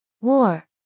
War